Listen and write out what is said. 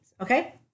Okay